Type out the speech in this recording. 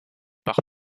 par